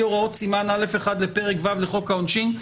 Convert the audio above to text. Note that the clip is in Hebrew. הוראת סימן א'1 לפרק ו' לחוק העונשין",